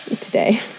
today